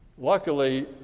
Luckily